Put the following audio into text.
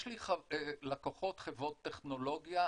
יש לי לקוחות חברות טכנולוגיה.